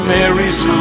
Mary's